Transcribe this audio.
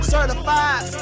Certified